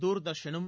தூர்தர்ஷனும்